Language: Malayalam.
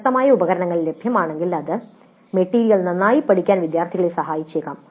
പ്രസക്തമായ ഉപകരണങ്ങൾ ലഭ്യമാണെങ്കിൽ അത് മെറ്റീരിയൽ നന്നായി പഠിക്കാൻ വിദ്യാർത്ഥികളെ സഹായിച്ചേക്കാം